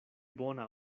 bona